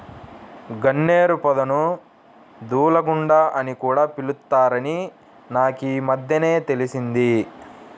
గన్నేరు పొదను దూలగుండా అని కూడా పిలుత్తారని నాకీమద్దెనే తెలిసింది